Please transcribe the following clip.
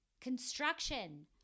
construction